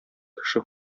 кеше